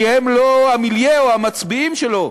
כי הם לא המיליה או המצביעים שלו.